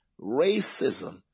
racism